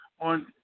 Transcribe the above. on